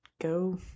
Go